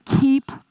keep